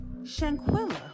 Shanquilla